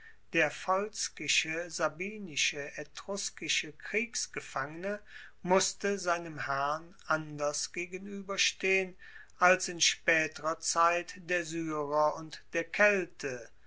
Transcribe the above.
der volskische sabinische etruskische kriegsgefangene musste seinem herrn anders gegenueberstehen als in spaeterer zeit der syrer und der